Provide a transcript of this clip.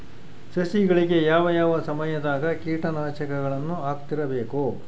ಸಸಿಗಳಿಗೆ ಯಾವ ಯಾವ ಸಮಯದಾಗ ಕೇಟನಾಶಕಗಳನ್ನು ಹಾಕ್ತಿರಬೇಕು?